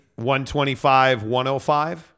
125-105